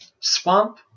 Swamp